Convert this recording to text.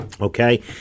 Okay